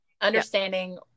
understanding